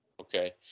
Okay